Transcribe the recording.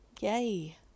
Yay